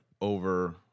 over